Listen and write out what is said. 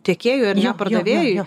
tiekėjui ar ne pardavėjui